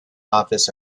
office